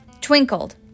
twinkled